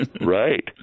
right